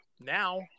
Now